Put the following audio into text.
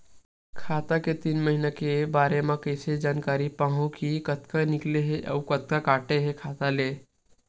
खाता के तीन महिना के बारे मा कइसे जानकारी पाहूं कि कतका निकले हे अउ कतका काटे हे खाता ले?